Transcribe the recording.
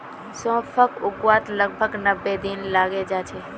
सौंफक उगवात लगभग नब्बे दिन लगे जाच्छे